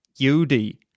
Yudi